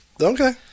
Okay